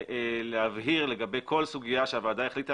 להבהיר לגבי כל סוגיה שהוועדה החליטה